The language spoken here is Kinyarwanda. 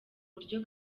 buryo